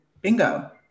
bingo